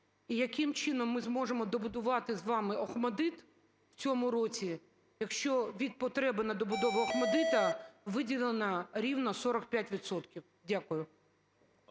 І яким чином ми зможемо добудувати з вами "Охматдит" в цьому році, якщо від потреби на добудову "Охматдиту" виділено рівно 45